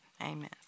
Amen